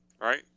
Right